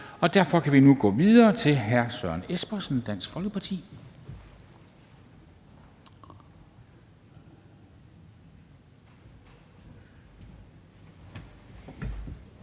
derfor kan vi nu gå videre til hr. Søren Espersen, Dansk Folkeparti.